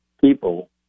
people